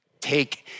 Take